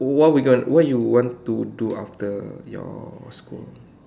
what we gon~ what you want to do after your school